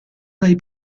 dai